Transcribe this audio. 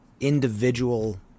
individual